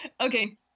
Okay